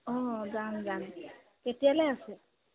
অঁ যাম যাম কেতিয়ালৈ আছে